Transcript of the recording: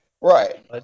Right